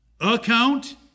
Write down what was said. account